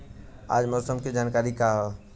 आज मौसम के जानकारी का ह?